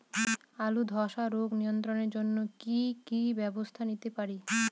আলুর ধ্বসা রোগ নিয়ন্ত্রণের জন্য কি কি ব্যবস্থা নিতে পারি?